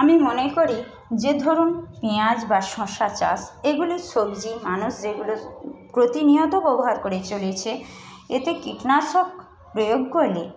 আমি মনে করি যে ধরুন পেঁয়াজ বা শসা চাষ এগুলির সবজি মানুষ যেগুলো প্রতিনিয়ত ব্যবহার করে চলেছে এতে কীটনাশক প্রয়োগ করলে